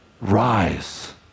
Rise